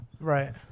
Right